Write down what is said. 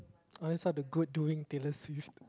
I always heard the good doing Taylor-Swift